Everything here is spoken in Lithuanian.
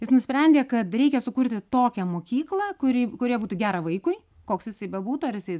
jis nusprendė kad reikia sukurti tokią mokyklą kuri kurioje būtų gera vaikui koks jisai bebūtų ar jisai